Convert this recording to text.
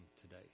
today